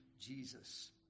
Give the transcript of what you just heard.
Jesus